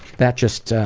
that just ah